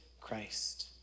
Christ